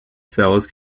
cells